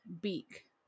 beak